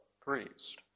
priest